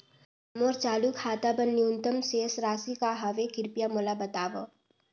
मोर चालू खाता बर न्यूनतम शेष राशि का हवे, कृपया मोला बतावव